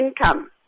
income